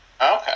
okay